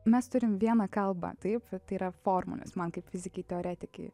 mes turim vieną kalbą taip tai yra formulės man kaip fizikei teoretikei